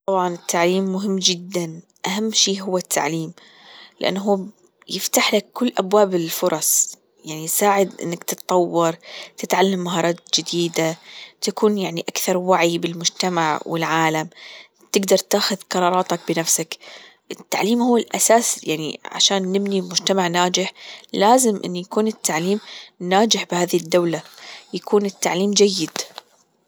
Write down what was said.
طبعا التعليم مهم جدا أهم شيء هو التعليم لأنه يفتحلك كل أبواب الفرص يساعد إنك تتطور، تتعلم مهارات جديدة، تكون يعني أكثر وعي بالمجتمع والعالم تجدر تأخذ قراراتك بنفسك التعليم هو الأساس يعني عشان نبني مجتمع ناجح لازم إنه يكون التعليم ناجح بهذه الدولة يكون التعليم جيد